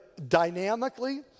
dynamically